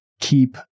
keep